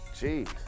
Jeez